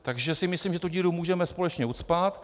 Takže si myslím, že tu díru můžeme společně ucpat.